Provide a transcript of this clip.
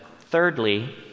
Thirdly